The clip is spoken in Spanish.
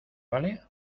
vale